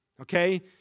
Okay